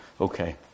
Okay